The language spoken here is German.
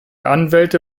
anwälte